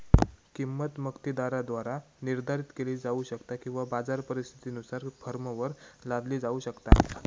किंमत मक्तेदाराद्वारा निर्धारित केली जाऊ शकता किंवा बाजार परिस्थितीनुसार फर्मवर लादली जाऊ शकता